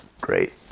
great